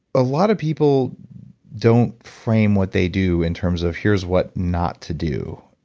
a lot of people don't frame what they do in terms of here's what not to do.